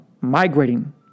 migrating